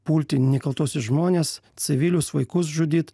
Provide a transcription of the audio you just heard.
pulti nekaltuosius žmones civilius vaikus žudyt